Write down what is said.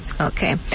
Okay